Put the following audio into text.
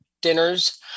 dinners